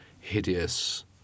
hideous